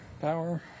power